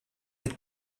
від